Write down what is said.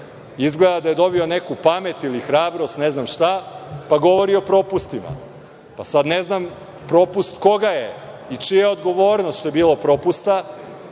izgleda da je dobio neku pamet ili hrabrost, ne znam šta, pa govori o propustima. Sada ne znam propust koga je i čija je odgovornost što je bilo propusta?